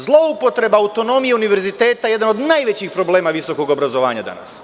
Zloupotreba autonomije univerziteta je jedan od najvećih problema visokog obrazovanja danas.